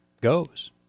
goes